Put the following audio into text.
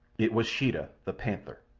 it was sheeta, the panther.